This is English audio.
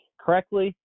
correctly